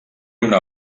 una